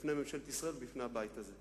בפני ממשלת ישראל ובפני הבית הזה,